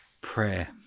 prayer